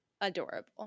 adorable